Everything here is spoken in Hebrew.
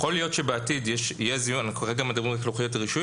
יכול להיות שבעתיד יהיה זיהוי אנחנו כרגע מדברים על לוחיות רישוי